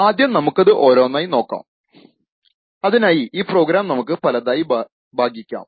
ആദ്യം നമുക്കതു ഓരോന്നായി നോക്കാം അതിനായി ഈ പ്രോഗ്രാം നമുക്ക് പലതായി ഭാഗിക്കാം